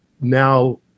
now